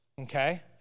okay